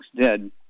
dead